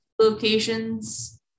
locations